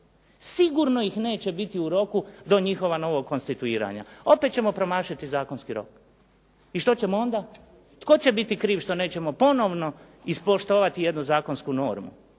Sigurno ih neće biti u roku do njihova novog konstituiranja. Opet ćemo promašiti zakonski rok. I što ćemo onda? Tko će biti kriv što nećemo ponovno ispoštovati jednu zakonsku normu?